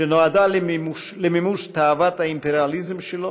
שנועדה למימוש תאוות האימפריאליזם שלו,